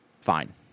fine